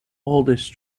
oldest